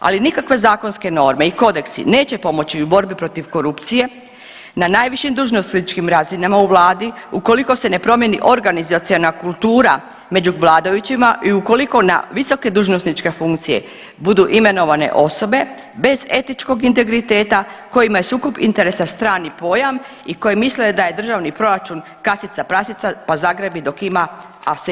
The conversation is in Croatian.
Ali nikakve zakonske norme i kodeksi neće pomoći u borbi protiv korupcije na najvišim dužnosničkim razinama u vladi ukoliko se ne promijeni organizaciona kultura među vladajućima i ukoliko na visoke dužnosničke funkcije budu imenovane osobe bez etičkog integriteta kojima je sukob interesa strani pojam i koji misle da je državni proračun kasica prasica pa zagrabi dok ima, al se ima sve manje.